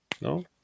No